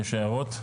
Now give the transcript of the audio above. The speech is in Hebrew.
יש הערות?